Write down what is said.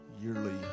yearly